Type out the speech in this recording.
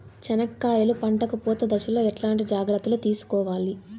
చెనక్కాయలు పంట కు పూత దశలో ఎట్లాంటి జాగ్రత్తలు తీసుకోవాలి?